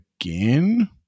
again